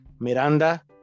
Miranda